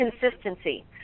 consistency